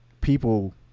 people